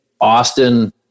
Austin